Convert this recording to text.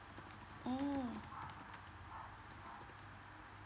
mm